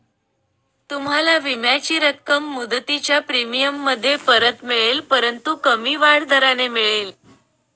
तुम्हाला विम्याची रक्कम मुदतीच्या प्रीमियममध्ये परत मिळेल परंतु कमी वाढ दराने मिळेल